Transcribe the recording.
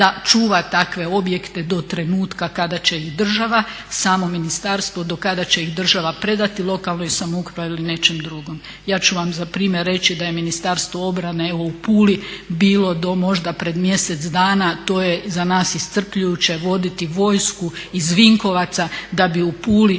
da čuva takve objekte do trenutka kada će ih država samo ministarstvo do kada će ih država predati lokalnoj samoupravi ili nečem drugom. Ja ću vam za primjer reći da je Ministarstvo obrane evo u Puli bilo do možda pred mjesec dana, to je za nas iscrpljujuće voditi vojsku iz Vinkovaca da bi u Puli